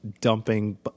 dumping